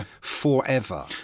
forever